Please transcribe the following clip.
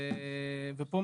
ופה,